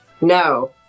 no